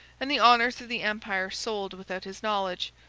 and the honors of the empire sold without his knowledge,